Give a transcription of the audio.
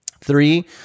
Three